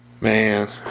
man